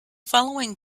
following